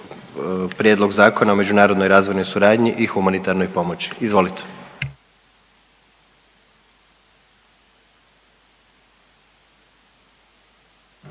Prijedlog zakona o međunarodnoj razvojnoj suradnji i humanitarnoj pomoći. Izvolite.